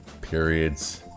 periods